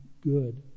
good